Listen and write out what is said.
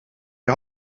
die